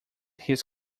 his